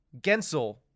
Gensel